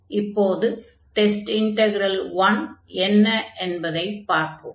இப்போது test integral I என்ன என்பதைப் பார்ப்போம்